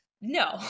No